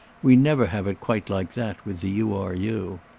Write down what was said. we never have it quite like that with the u. r. u.